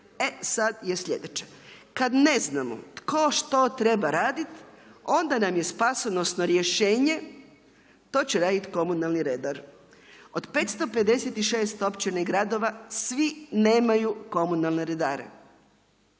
E sad je sljedeće. Kad ne znamo tko što treba raditi, onda nam je spasonosno rješenje to će raditi komunalni redar. Od 556 općina i gradova svi nemaju komunalne redare.